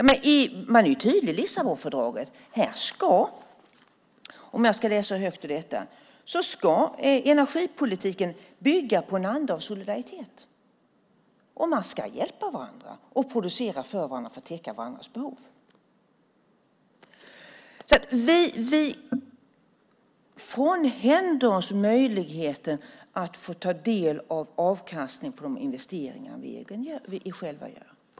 Man är tydlig i Lissabonfördraget: Energipolitiken ska bygga på en anda av solidaritet. Man ska hjälpa varandra och producera för varandra för att täcka varandras behov. På det här sättet frånhänder vi oss alltså möjligheten att få ta del av avkastningen på de investeringar vi själva gör.